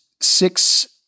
Six